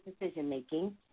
decision-making